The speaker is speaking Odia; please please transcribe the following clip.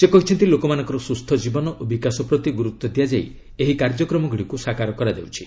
ସେ କହିଛନ୍ତି ଲୋକମାନଙ୍କର ସୁସ୍ଥ ଜୀବନ ଓ ବିକାଶ ପ୍ରତି ଗୁରୁତ୍ୱ ଦିଆଯାଇ ଏହି କାର୍ଯ୍ୟକ୍ରମଗୁଡ଼ିକୁ ସାକାର କରାଯାଉଛି